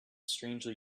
strangely